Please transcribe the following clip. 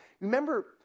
Remember